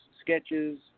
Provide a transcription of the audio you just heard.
sketches